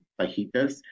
fajitas